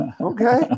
okay